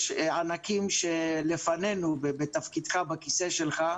יש ענקים שלפנינו, ובתפקידך, בכיסא שלך,